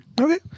Okay